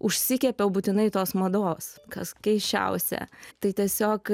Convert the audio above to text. užsikepiau būtinai tos mados kas keisčiausia tai tiesiog